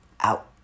out